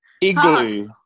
Igloo